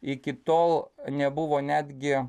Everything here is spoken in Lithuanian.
iki tol nebuvo netgi